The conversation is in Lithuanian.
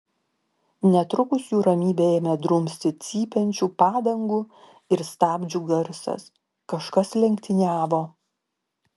netrukus jų ramybę ėmė drumsti cypiančių padangų ir stabdžių garsas kažkas lenktyniavo